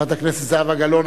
חברת הכנסת זהבה גלאון,